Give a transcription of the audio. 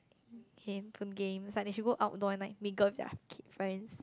handphone games like they should go outdoor and like mingle with their kid~ friends